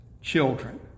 children